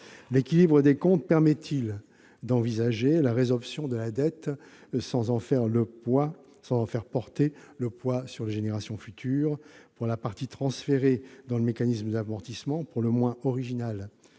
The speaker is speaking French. L'équilibre des comptes permet-il d'envisager la résorption de la dette sans en faire porter le poids sur les générations futures ? Pour la partie transférée dans le mécanisme d'amortissement pour le moins original